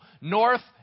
north